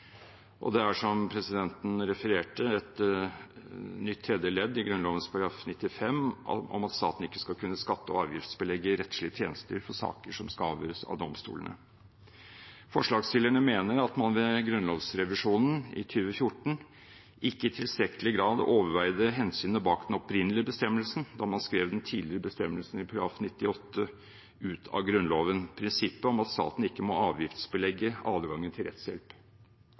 og undertegnede, og det er, som presidenten refererte, et nytt tredje ledd i Grunnloven § 95 om at staten ikke skal kunne skatte- og avgiftsbelegge rettslige tjenester for saker som skal avgjøres av domstolene. Forslagsstillerne mener at man ved grunnlovsrevisjonen i 2014 ikke i tilstrekkelig grad overveide hensynet bak den opprinnelige bestemmelsen da man skrev den tidligere bestemmelsen i § 98 ut av Grunnloven, prinsippet om at staten ikke måtte avgiftsbelegge adgangen til rettshjelp.